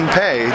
pay